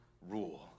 rule